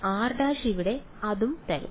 വിദ്യാർത്ഥി അതും തരും